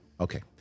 Okay